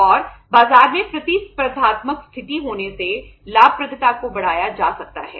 और बाजार में प्रतिस्पर्धात्मक स्थिति होने से लाभप्रदता को बढ़ाया जा सकता है